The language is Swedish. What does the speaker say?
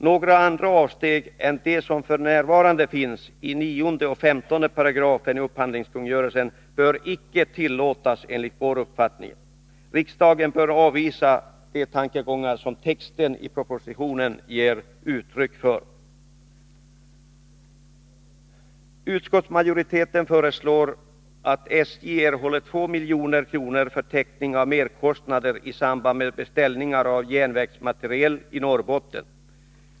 Några andra avsteg än de som f. n. finns i 9 och 15 §§ i upphandlingskungörelsen bör enligt vår uppfattning icke tillåtas. Riksdagen bör avvisa de tankegångar som texten i propositionen ger uttryck för. Utskottsmajoriteten föreslår att SJ skall erhålla 2 milj.kr. för täckning av merkostnader i samband med beställningar av järnvägsmateriel i Norrbotten.